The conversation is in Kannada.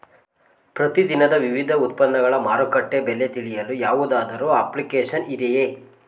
ಪ್ರತಿ ದಿನದ ವಿವಿಧ ಉತ್ಪನ್ನಗಳ ಮಾರುಕಟ್ಟೆ ಬೆಲೆ ತಿಳಿಯಲು ಯಾವುದಾದರು ಅಪ್ಲಿಕೇಶನ್ ಇದೆಯೇ?